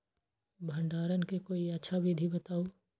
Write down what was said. भंडारण के कोई अच्छा विधि बताउ?